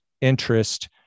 interest